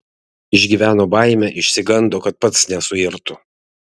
išgyveno baimę išsigando kad pats nesuirtų